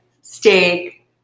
steak